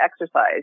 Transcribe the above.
exercise